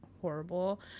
horrible